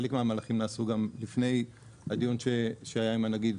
חלק מהמהלכים נעשו גם לפני הדיון שהיה עם הנגיד.